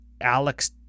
alex